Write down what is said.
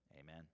amen